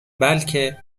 بلکه